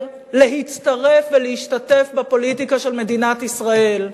להצטרף ולהשתתף בפוליטיקה של מדינת ישראל.